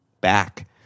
back